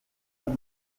neza